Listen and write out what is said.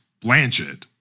Blanchett